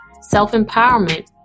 self-empowerment